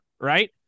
right